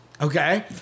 Okay